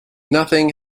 nothing